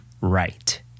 right